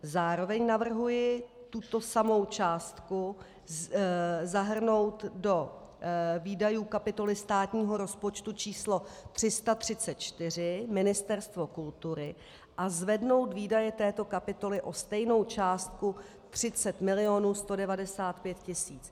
Zároveň navrhuji tuto samou částku zahrnout do výdajů kapitoly státního rozpočtu č. 334 Ministerstvo kultury a zvednout výdaje této kapitoly o stejnou částku 30 mil. 195 tis.